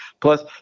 Plus